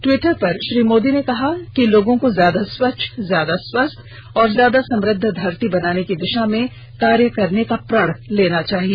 Twitter पर श्री मोदी ने कहा कि लोगों को ज्यादा स्वच्छ ज्यादा स्वस्थ और ज्यादा समृद्ध धरती बनाने के दिषा में कार्य करने का प्रण लेना चाहिए